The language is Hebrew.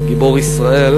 יוני,